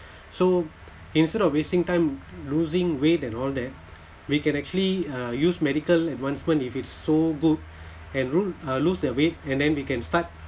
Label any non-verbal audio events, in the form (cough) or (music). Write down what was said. so instead of wasting time losing weight and all that (breath) we can actually uh use medical advancements if it's so good (breath) and ru~ uh lose their weight and then they can start